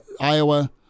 Iowa-